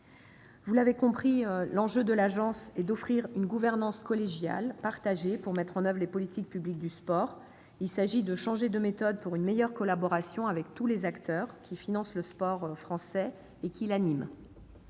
Vous l'avez compris, l'enjeu de l'Agence est d'offrir une gouvernance collégiale, partagée, pour mettre en oeuvre les politiques publiques du sport. Il s'agit de changer de méthode, par une meilleure collaboration avec tous les acteurs qui financent et animent